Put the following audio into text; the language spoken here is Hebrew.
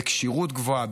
בכשירות גבוהה,